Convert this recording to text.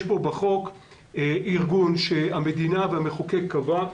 יש פה בחוק ארגון שהמדינה והמחוקק קבעו